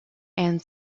and